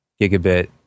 gigabit